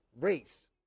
race